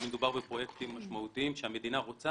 מדובר בפרויקטים משמעותיים שהמדינה רוצה